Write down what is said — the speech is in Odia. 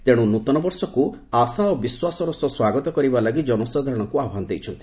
ତେଣୁ ନୃତନ ବର୍ଷକୁ ଆଶା ଓ ବିଶ୍ୱାସର ସହ ସ୍ୱାଗତ କରିବା ଲାଗି କନସାଧାରଣଙ୍କୁ ଆହ୍ପାନ ଦେଇଛନ୍ତି